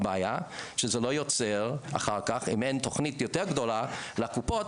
הבעיה שאין תוכנית יותר גדולה לקופות